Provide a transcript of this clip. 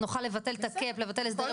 לבין גידול